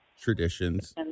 traditions